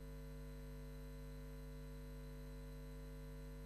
3. מה היא הפעילות השוטפת במסגרת התוכנית השנתית למגזר זה?